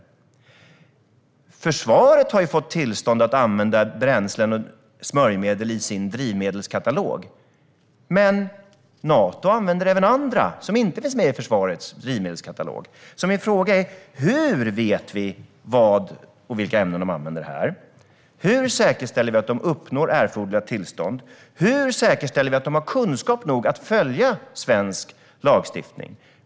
Min fråga är därför: Hur vet vi vilka ämnen som de använder här? Hur säkerställer vi att de uppnår erforderliga tillstånd? Hur säkerställer vi att de har kunskap nog att följa svensk lagstiftning?